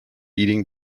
eating